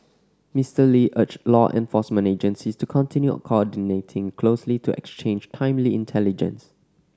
Mister Lee urged law enforcement agencies to continue coordinating closely to exchange timely intelligence